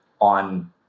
on